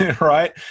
Right